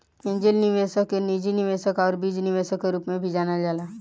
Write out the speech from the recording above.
angel निवेशक के निजी निवेशक आउर बीज निवेशक के रूप में भी जानल जाला